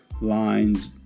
lines